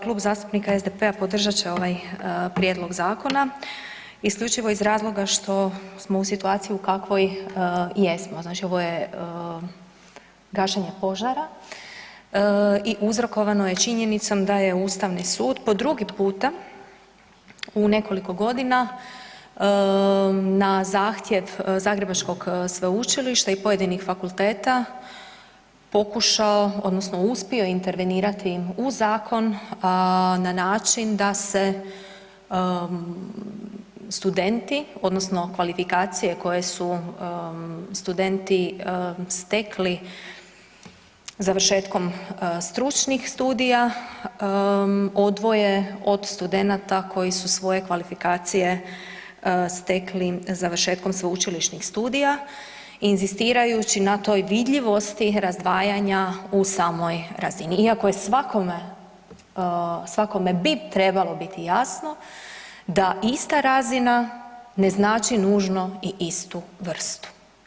Kluba zastupnika SDP-a podržat će ovaj prijedlog zakona isključivo iz razloga što smo u situaciji u kakvoj jesmo, znači ovo je gašenje požara i uzrokovano je činjenicom da je Ustavni sud po drugi puta u nekoliko godina na zahtjev zagrebačkog sveučilišta i pojedinih fakulteta, pokušao odnosno uspio intervenirati u zakon na način da se studenti odnosno kvalifikacije koje su studenti stekli završetkom stručnih studija, odvoje od studenata koji su svoje kvalifikacije stekli završetkom sveučilišnih studija inzistirajući na toj vidljivosti razdvajanja u samoj razini iako je svakome bi trebalo biti jasno da ista razina ne znači nužno i istu vrstu.